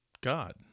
God